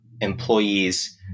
employees